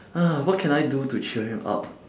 what can I do to cheer him up